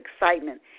excitement